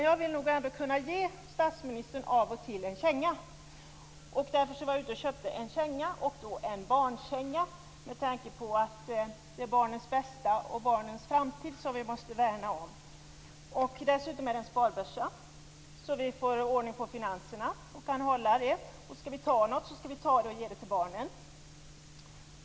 Jag vill nog ändå av och till kunna ge statsministern en känga. Därför var jag ute och köpte en känga. Det blev en barnkänga med tanke på att det är barnens bästa och barnens framtid som vi måste värna om. Dessutom är det en sparbössa så att vi kan få ordning på finanserna och kan hålla dem i ordning. Och om vi skall ta något, skall vi ta det och ge det till barnen.